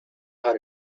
how